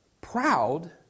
proud